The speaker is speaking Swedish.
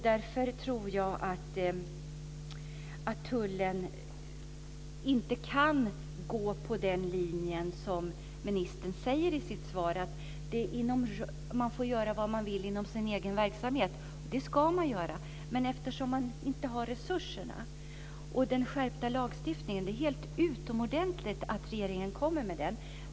Därför tror jag inte att tullen kan gå på ministerns linje i svaret, att man får göra vad man vill inom sin egen verksamhet. Det ska man göra, men man har ju inte resurserna. Det är utomordentligt att regeringen kommer med den skärpta lagstiftningen.